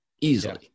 easily